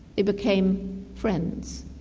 they became friends.